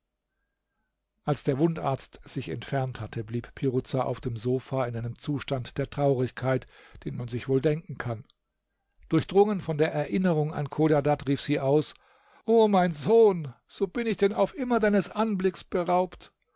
als der wundarzt sich entfernt hatte blieb piruza auf dem sofa in einem zustand der traurigkeit den man sich wohl denken kann durchdrungen von der erinnerung an chodadad rief sie aus o mein sohn so bin ich denn auf immer deines anblicks beraubt